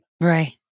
Right